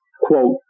quote